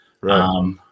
Right